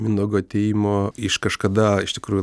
mindaugo atėjimo iš kažkada iš tikrųjų